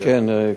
כן,